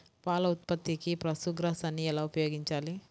పాల ఉత్పత్తికి పశుగ్రాసాన్ని ఎలా ఉపయోగించాలి?